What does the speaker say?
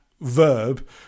verb